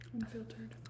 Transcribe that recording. Unfiltered